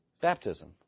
Baptism